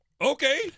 okay